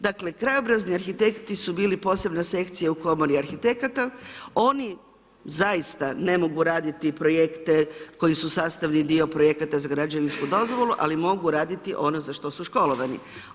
Dakle, krajobrazni arhitekti su bili posebna sekcija u komori arhitekata, oni zaista ne mogu raditi projekte koji su sastavni dio projekata za građevinsku dozvolu, ali mogu raditi ono za što su školovani.